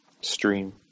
stream